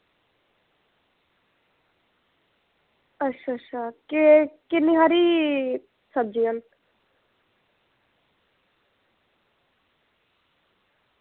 अच्छा अच्छा किन्नी हारी केह् सब्ज़ी